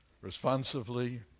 Responsively